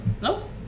Nope